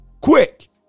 quick